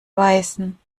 weißen